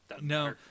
No